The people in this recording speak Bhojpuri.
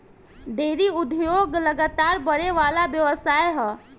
डेयरी उद्योग लगातार बड़ेवाला व्यवसाय ह